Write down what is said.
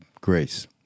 grace